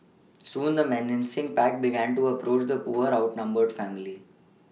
soon the menacing pack began to approach the poor outnumbered family